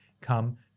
Come